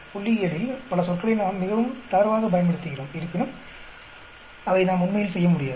புள்ளியியலில் பல சொற்களை நாம் மிகவும் தளர்வாகப் பயன்படுத்துகிறோம் இருப்பினும் அதை நாம் உண்மையில் செய்ய முடியாது